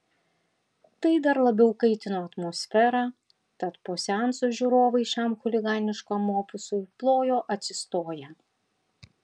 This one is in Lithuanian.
tai dar labiau kaitino atmosferą tad po seanso žiūrovai šiam chuliganiškam opusui plojo atsistoję